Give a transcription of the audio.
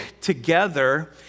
together